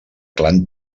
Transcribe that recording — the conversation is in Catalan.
clan